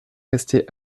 resté